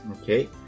Okay